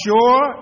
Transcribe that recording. sure